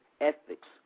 ethics